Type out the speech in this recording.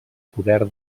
poder